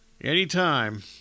Anytime